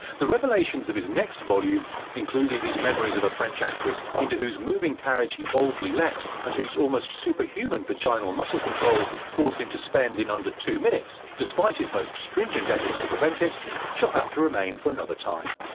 the revelations of his next volume including his memories of a french actress into whose moving carriage he leapt and whose almost superhuman vaginal muscle control caused him to spend in under two minutes despite his most stringent efforts to prevent it shall have to remain for another time.